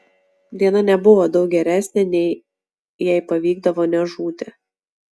diena nebuvo daug geresnė nei jei pavykdavo nežūti